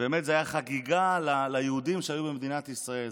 ובאמת זו הייתה חגיגה ליהודים שהיו במדינת ישראל.